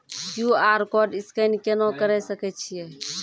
QR code scan केना करै सकय छियै?